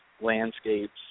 landscapes